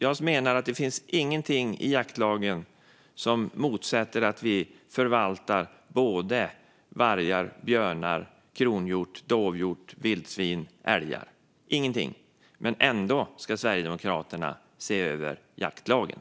Jag menar att det inte finns någonting i jaktlagen som står i motsättning till att vi förvaltar vargar, björnar, kronhjort, dovhjort, vildsvin och älgar. Ändå ska Sverigedemokraterna se över jaktlagen.